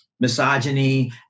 misogyny